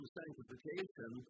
sanctification